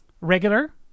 regular